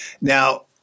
Now